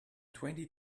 twenty